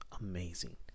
amazing